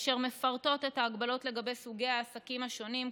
אשר מפרטות את ההגבלות לגבי סוגי העסקים השונים,